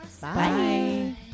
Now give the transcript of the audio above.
Bye